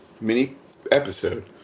mini-episode